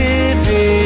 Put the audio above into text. Living